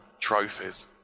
trophies